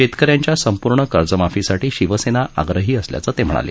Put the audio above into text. शेतकऱ्यांच्या संपूर्ण कर्जमाफीसाठी शिवसेना आग्रही असल्याचं ते म्हणाले